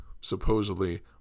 supposedly